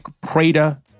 Prada